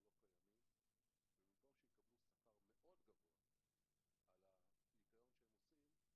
לא קיימים ובמקום שיקבלו שכר מאוד גבוה על הניקיון שהם עושים,